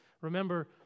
Remember